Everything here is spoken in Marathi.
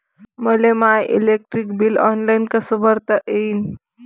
मले माय इलेक्ट्रिक बिल ऑनलाईन कस भरता येईन?